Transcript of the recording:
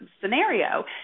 scenario